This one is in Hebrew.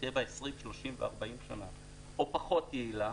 יחיה בה 20,30 ו-40 שנה או פחות יעילה